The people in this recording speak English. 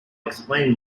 explain